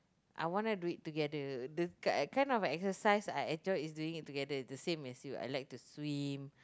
I wanna do it together the kind of exercise that I enjoy is doing it together the same as you I like to swim